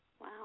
Wow